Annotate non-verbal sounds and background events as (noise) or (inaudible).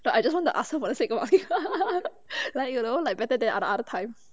but I just want to ask her for the sake of asking (laughs) like you know like better than ah ah other time